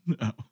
No